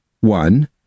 one